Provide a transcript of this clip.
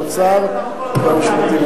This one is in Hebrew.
האוצר והמשפטים.